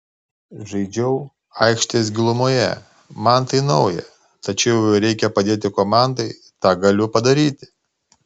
žaidžiau aikštės gilumoje man tai nauja tačiau jei reikia padėti komandai tą galiu padaryti